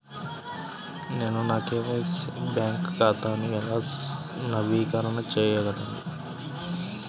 నేను నా KYC bank ఖాతాను ఎలా నవీకరణ చేయగలను?